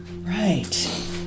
Right